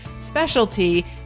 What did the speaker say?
specialty